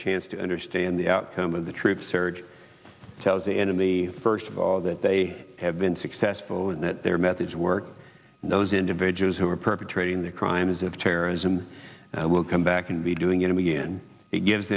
chance to understand the outcome of the troop surge tells the enemy first of all that they have been successful and that their methods work and those individuals who are perpetrating the crimes of terrorism will come back and be doing it again to give